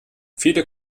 viele